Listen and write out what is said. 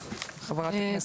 חברת הכנסת ענבר בזק.